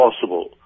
possible